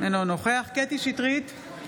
אינו נוכח קטי קטרין שטרית,